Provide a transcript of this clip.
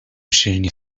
شیرینی